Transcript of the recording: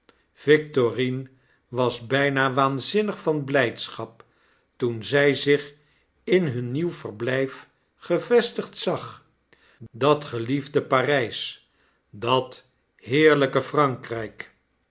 victorine was bijna waanzinnig van blijdschap toen zij zich inhun nieuw verblijf gevestigd zag dat geliefde p a r ij s dat heerlijke frankrijkien